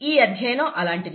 ఈ అధ్యయనం అలాంటిది